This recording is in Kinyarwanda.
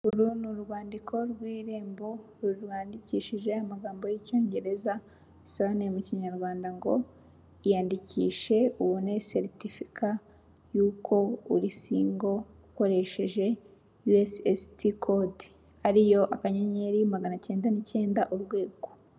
Uru ni urwandiko rw'Irembo rwandikishije amagambo y'Icyongereza, bisobanuye mu Kinyarwanda ngo iyandikishe ubone seritifika y'uko uri singo ukoresheje USSD kode, ariyo akanyenyeri magana cyenda n'icyenda urwego.